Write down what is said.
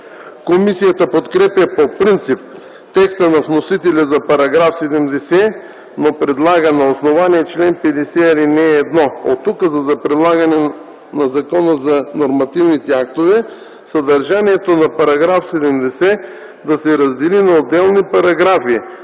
Комисията подкрепя по принцип текста на вносителя за § 70, но предлага на основание чл. 50, ал. 1 от Указа за прилагане на Закона за нормативните актове, съдържанието на § 70 да се раздели на отделни параграфи